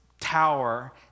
tower